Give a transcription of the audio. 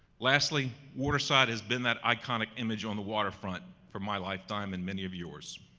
lastly, waterside has been that iconic image on the water front for my life time and many of yours.